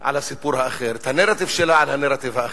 על הסיפור האחר, את הנרטיב שלה על הנרטיב האחר.